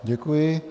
Děkuji.